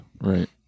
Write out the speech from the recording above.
Right